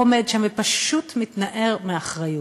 עומד שם ופשוט מתנער מאחריות.